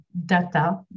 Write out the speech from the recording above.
data